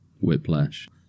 Whiplash